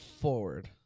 forward